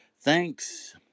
Thanks